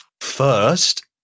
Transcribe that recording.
first